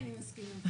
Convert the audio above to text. טיבי, אני מסכימה.